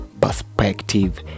perspective